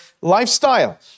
lifestyle